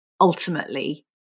ultimately